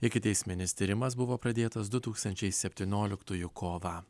ikiteisminis tyrimas buvo pradėtas du tūkstančiai septynioliktųjų kovą